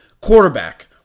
Quarterback